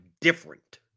different